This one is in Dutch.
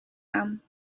aan